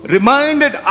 Reminded